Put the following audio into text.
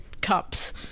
cups